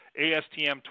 ASTM